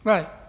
Right